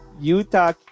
Utah